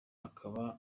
akaba